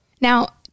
Now